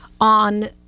on